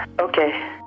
Okay